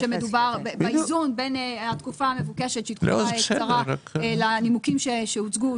נכון שמדובר באיזון בין התקופה המבוקשת לנימוקים שהוצגו,